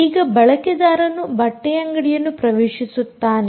ಈಗ ಬಳಕೆದಾರನು ಬಟ್ಟೆಯಂಗಡಿಯನ್ನು ಪ್ರವೇಶಿಸುತ್ತಾನೆ